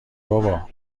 بابا